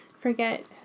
forget